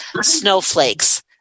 snowflakes